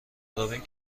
رابین